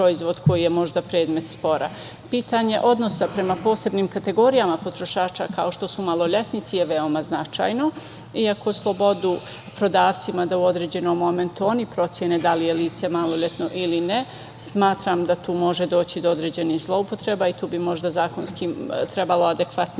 koji je možda predmet spora. Pitanja odnosa prema posebnim kategorijama potrošača, kao što su maloletnici je veoma značajno i ako imaju slobodu prodavci da u određenim momentu procene da li je lice maloletno ili ne, smatram da tu može doći do određenih zloupotreba i tu bi možda zakonski trebalo adekvatnije